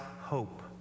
hope